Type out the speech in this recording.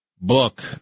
book